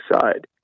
side